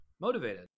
motivated